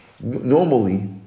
Normally